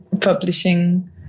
publishing